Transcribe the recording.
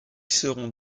seront